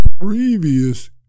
previous